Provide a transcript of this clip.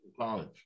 College